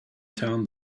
town